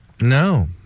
No